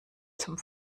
zum